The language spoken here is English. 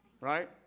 right